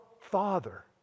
Father